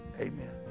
Amen